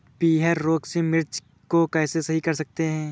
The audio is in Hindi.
पीहर रोग से मिर्ची को कैसे सही कर सकते हैं?